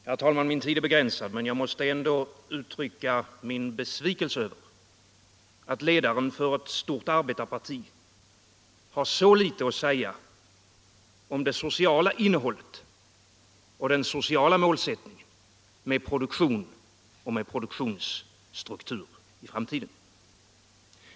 Herr talman! Min tid är begränsad, men jag måste ändå uttrycka min besvikelse över att ledaren för ett stort arbetarparti har så litet att säga om det sociala innehållet i och den sociala målsättningen för produktion och produktionsstruktur i framtiden.